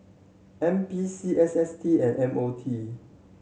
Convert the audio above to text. N P C S S T and M O T